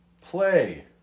Play